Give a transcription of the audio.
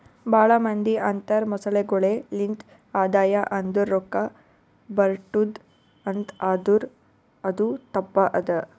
ಭಾಳ ಮಂದಿ ಅಂತರ್ ಮೊಸಳೆಗೊಳೆ ಲಿಂತ್ ಆದಾಯ ಅಂದುರ್ ರೊಕ್ಕಾ ಬರ್ಟುದ್ ಅಂತ್ ಆದುರ್ ಅದು ತಪ್ಪ ಅದಾ